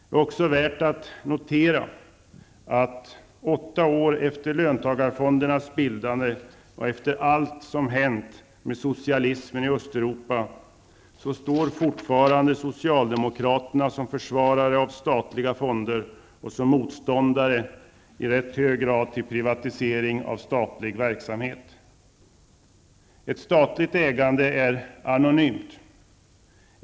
Det är också värt att notera att åtta år efter löntagarfondernas bildande, och efter allt som hänt med socialismen i Östeuropa, står fortfarande socialdemokraterna som försvarare av statliga fonder och som i rätt hög grad motståndare till privatisering av statlig verksamhet. Ett statligt ägande är anonymt.